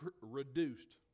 reduced